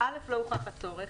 לא הוכח הצורך,